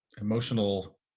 emotional